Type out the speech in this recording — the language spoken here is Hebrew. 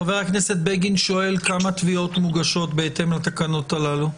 חבר הכנסת בגין שואל כמה תביעות מוגשות בהתאם לתקנות הללו.